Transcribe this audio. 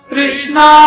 Krishna